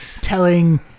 telling